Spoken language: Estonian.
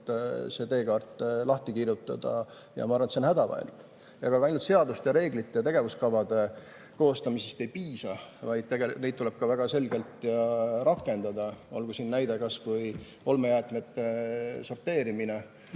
see teekaart lahti kirjutada, ja ma arvan, et see on hädavajalik. Ega ainult seaduste ja reeglite ja tegevuskavade koostamisest ei piisa, neid tuleb ka väga selgelt rakendada. Olgu siin näitena kas või olmejäätmete sorteerimine,